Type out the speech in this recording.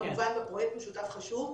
כמובן פרויקט משותף חשוב.